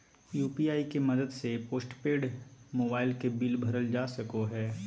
UPI के मदद से पोस्टपेड मोबाइल के बिल भरल जा सको हय